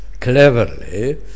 cleverly